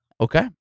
Okay